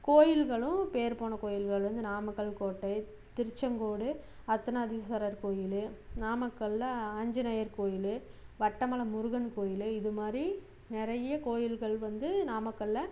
கோயில்களும் பேர்போன கோயில்கள் வந்து நாமக்கல் கோட்டை திருச்செங்கோடு அர்த்தநாதீஸ்வரர் கோயில் நாமக்கல்லில் ஆஞ்சநேயர் கோயில் வட்டமலம் முருகன் கோயில் இது மாதிரி நிறைய கோயில்கள் வந்து நாமக்கல்லில்